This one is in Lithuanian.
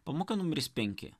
pamoka numeris penki